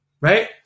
right